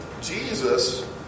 Jesus